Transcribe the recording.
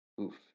Oof